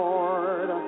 Lord